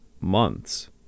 months